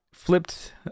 flipped